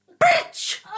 bitch